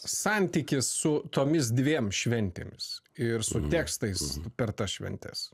santykis su tomis dviem šventėmis ir su tekstais per šventes